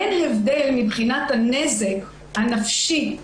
אין הבדל, מבחינת הנזק הנפשי,